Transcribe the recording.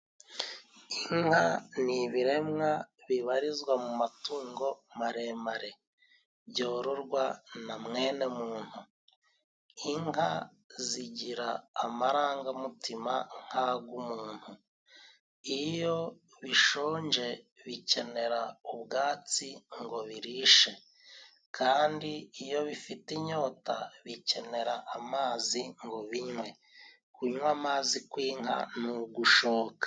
Inka ni ibiremwa bibarizwa mu matungo maremare, byororwa na mwene muntu. Inka zigira amarangamutima nk'ayumuntu, iyo bishonje bikenera ubwatsi ngo birishe kandi iyo bifite inyota bikenera amazi ngo binywe. Kunywa amazi kw'inka ni ugushoka